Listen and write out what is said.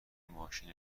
ماشین